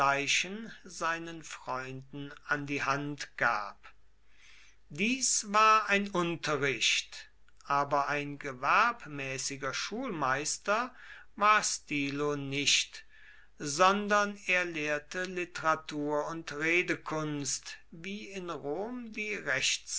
seinen freunden an die hand gab dies war ein unterricht aber ein gewerbmäßiger schulmeister war stilo nicht sondern er lehrte literatur und redekunst wie in rom die